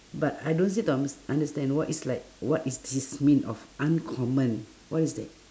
but I don't seem to uns~ understand what is like what is this mean of uncommon what is that